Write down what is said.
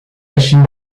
erschien